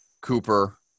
Cooper